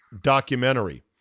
documentary